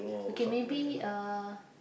okay maybe uh